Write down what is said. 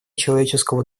человеческого